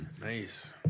Nice